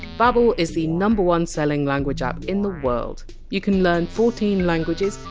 babbel is the number one selling language app in the world you can learn fourteen languages,